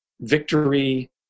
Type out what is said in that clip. victory